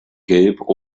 gelb